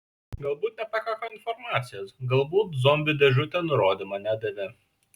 galbūt nepakako informacijos galbūt zombių dėžutė nurodymo nedavė